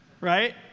Right